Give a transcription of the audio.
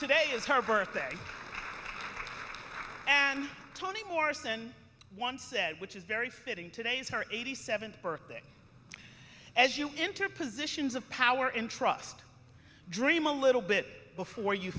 today is her birthday and toni morrison once said which is very fitting today is her eighty seventh birthday as you enter positions of power in trust dream a little bit before you